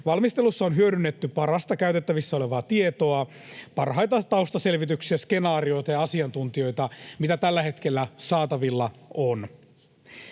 Valmistelussa on hyödynnetty parasta käytettävissä olevaa tietoa, parhaita taustaselvityksiä, skenaarioita ja asiantuntijoita, mitä tällä hetkellä saatavilla on.